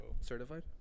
Certified